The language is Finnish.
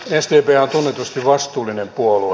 sdp on tunnetusti vastuullinen puolue